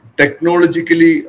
technologically